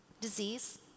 disease